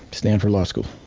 stanford law school.